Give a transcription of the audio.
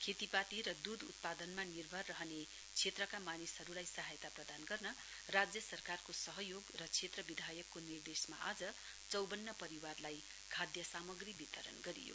खेतीपाती र दृध उत्पादनमा निर्भर रहने क्षेत्रका मानिसहरूलाई सहायता प्रदान गर्न राज्य सरकारको सहयोग र क्षेत्र विधायकको निर्देशमा आज चौबन्न परिवारलाई खाद्य सामाग्री वितरण गरियो